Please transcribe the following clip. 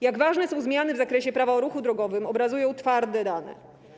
Jak ważne są zmiany w zakresie Prawa o ruchu drogowym, obrazują twarde dane.